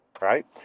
Right